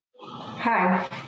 Hi